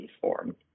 form